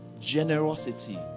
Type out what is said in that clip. generosity